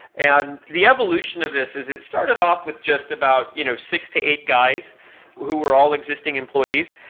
and the evolution of this is it started off with just about you know six to eight guys who were all existing employees,